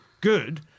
good